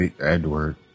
Edward